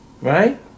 Right